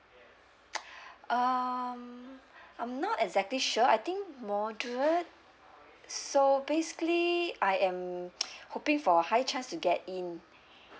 um I'm not exactly sure I think moderate so basically I am hoping for high chance to get in